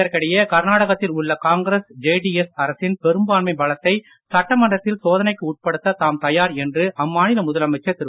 இதற்கிடையே கர்நாடகத்தில் உள்ள காங்கிரஸ் ஜேடிஎஸ் அரசின் பெரும்பான்மை பலத்தை சட்டமன்றத்தில் சோதனைக்கு உட்படுத்த தாம் தயார் என்று அம்மாநில முதலமைச்சர் திரு